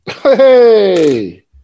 Hey